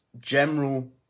general